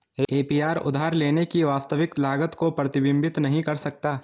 APR उधार लेने की वास्तविक लागत को प्रतिबिंबित नहीं कर सकता है